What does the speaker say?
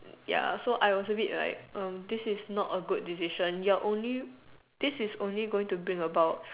ya so I was a bit like um this is not a good decision you're only this is only going to bring about